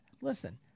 listen